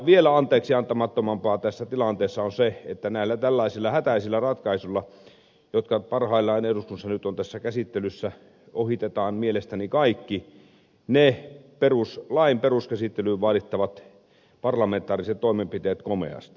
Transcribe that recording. vielä anteeksiantamattomampaa tässä tilanteessa on se että näillä tällaisilla hätäisillä ratkaisuilla jotka parhaillaan eduskunnassa nyt ovat käsittelyssä ohitetaan mielestäni kaikki lain peruskäsittelyyn vaadittavat parlamentaariset toimenpiteet komeasti